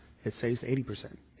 it saves eighty percent,